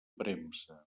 premsa